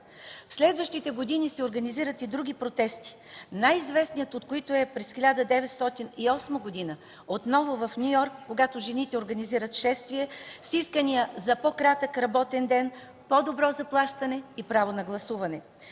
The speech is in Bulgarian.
В следващите години се организират и други протести, най-известният от които е през 1908 г. – отново в Ню Йорк, когато жените организират шествие с искания за по-кратък работен ден, по-добро заплащане и право на гласуване.